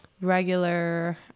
regular